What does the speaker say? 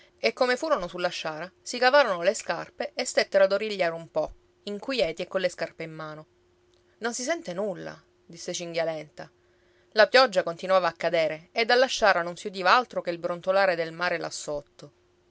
e come furono sulla sciara si cavarono le scarpe e stettero ad origliare un po inquieti e colle scarpe in mano non si sente nulla disse cinghialenta la pioggia continuava a cadere e dalla sciara non si udiva altro che il brontolare del mare là sotto